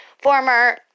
former